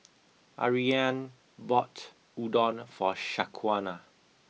Ariane bought Udon for Shaquana